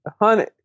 honey